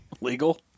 Legal